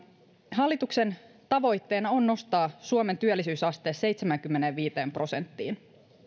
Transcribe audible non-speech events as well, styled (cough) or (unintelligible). (unintelligible) hallituksen tavoitteena on nostaa suomen työllisyysaste seitsemäänkymmeneenviiteen prosenttiin